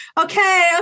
okay